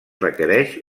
requereix